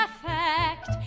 perfect